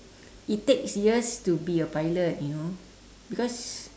it takes years to be a pilot you know because